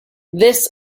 this